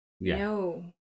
no